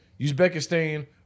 Uzbekistan